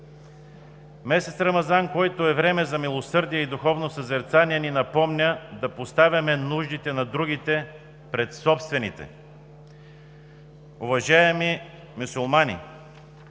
Месец Рамазан, който е време за милосърдие и духовно съзерцание, ни напомня да поставяме нуждите на другите пред собствените. Уважаеми мюсюлмани,